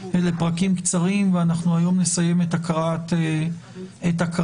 אלה פרקים קצרים והיום נסיים את הקראת הצעת החוק,